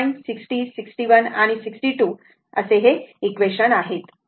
तर हे 59 60 61 आणि 62 हे इक्वेशन आहे